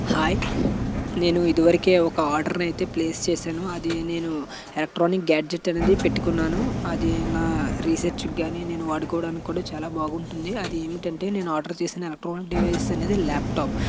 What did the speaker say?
hi నేను ఇది వరకే ఒక ఆర్డర్ని అయితే ప్లేస్ చేశాను అది నేను ఎలక్ట్రానిక్ గ్యాడ్జెట్ అనేది పెట్టుకున్నాను అది నా రీసర్చ్కి కాని నేను వాడుకోడానికి కూడా చాలా బాగుంటుంది అది ఏమిటంటే నేను ఆర్డర్ చేసిన ఎలక్ట్రానిక్ డివైజ్ అనేది ల్యాప్టాప్